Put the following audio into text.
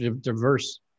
diverse